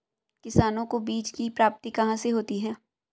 किसानों को बीज की प्राप्ति कहाँ से होती है?